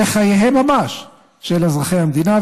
וחייהם ממש, של אזרחי המדינה.